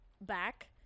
back